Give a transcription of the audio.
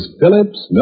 Phillips